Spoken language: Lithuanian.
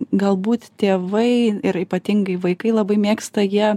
galbūt tėvai ir ypatingai vaikai labai mėgsta jie